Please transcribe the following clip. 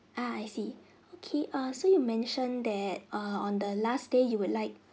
uh I see okay err so you mentioned that err on the last day you would like